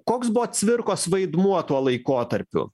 koks buvo cvirkos vaidmuo tuo laikotarpiu